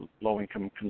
low-income